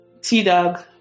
T-Dog